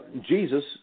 Jesus